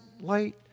light